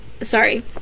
sorry